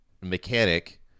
mechanic